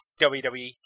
WWE